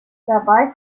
dabei